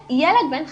ילד בן 15,